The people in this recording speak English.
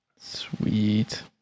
Sweet